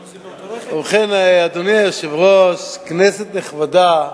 ובכן, אדוני היושב-ראש, כנסת נכבדה,